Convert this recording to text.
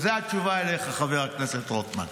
זאת התשובה אליך, חבר הכנסת רוטמן.